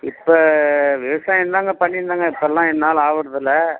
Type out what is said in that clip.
இப்போ வேஸ்ட்டாக என்னாங்க பண்ணியிருந்தோங்க இப்போலாம் என்னால் ஆகுறது இல்லை